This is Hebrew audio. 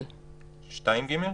2(ג).